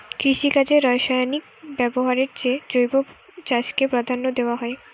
কৃষিকাজে রাসায়নিক ব্যবহারের চেয়ে জৈব চাষকে প্রাধান্য দেওয়া হয়